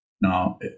Now